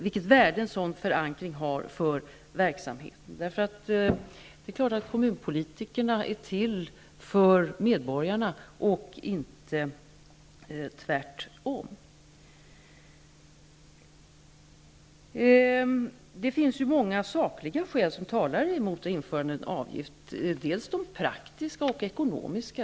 Det är klart att kommunpolitikerna är till för medborgarna och inte tvärtom. Det finns ju många sakliga skäl som talar mot införande av avgift, både praktiska och ekonomiska.